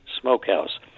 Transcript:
Smokehouse